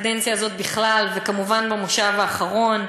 בקדנציה הזאת בכלל, וכמובן במושב האחרון,